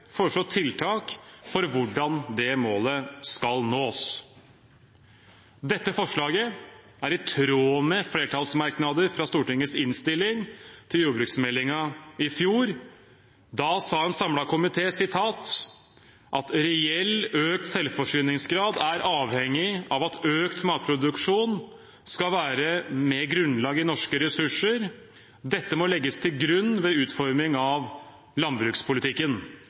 foreslå tiltak for hvordan det målet skal nås. Dette forslaget er i tråd med flertallsmerknader fra Stortinget innstilling til jordbruksmeldingen i fjor. Da sa en samlet komité at «reell økt selvforsyningsgrad er avhengig av at økt matproduksjon skal være med grunnlag i norske ressurser. Dette må legges til grunn ved utforming av landbrukspolitikken.»